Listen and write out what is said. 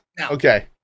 Okay